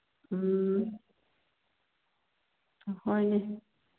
ꯎꯝ ꯍꯣꯏꯅꯦ